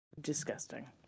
Disgusting